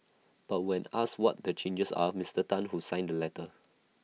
but when asked what the changes are Mister Tan who signed the letter